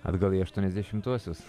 atgal į aštuoniasdešimtuosius